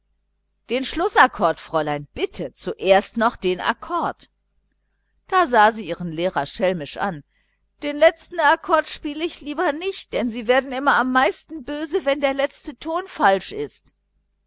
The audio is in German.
den schlußakkord fräulein bitte zuerst noch den akkord da sah sie ihren lehrer schelmisch an den letzten akkord spiele ich lieber nicht denn sie werden immer am meisten böse wenn der letzte ton falsch wird